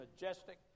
majestic